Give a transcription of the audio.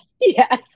yes